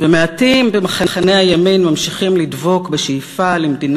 ומעטים במחנה הימין ממשיכים לדבוק בשאיפה למדינה